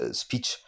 speech